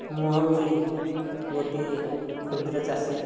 ମୁଁ ହେଉଛି ଗୋଟିଏ କ୍ଷୁଦ୍ର ଚାଷୀ